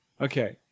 okay